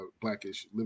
Blackish